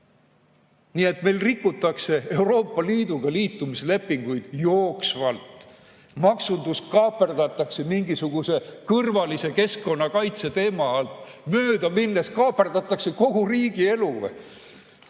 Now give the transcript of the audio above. et meil rikutakse Euroopa Liiduga liitumise lepinguid jooksvalt, maksundus kaaperdatakse mingisuguse kõrvalise keskkonnakaitseteema alt. Möödaminnes kaaperdatakse kogu riigi elu